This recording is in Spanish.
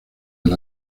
del